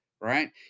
right